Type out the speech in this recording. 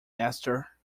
esther